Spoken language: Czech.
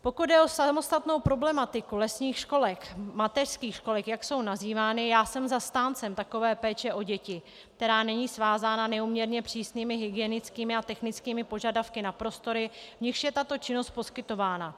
Pokud jde o samostatnou problematiku lesních školek, mateřských školek, jak jsou nazývány, já jsem zastáncem takové péče o děti, která není svázána neúměrně přísnými hygienickými a technickými požadavky na prostory, v nichž je tato činnost poskytována.